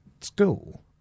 school